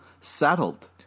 saddled